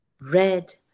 red